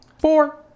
Four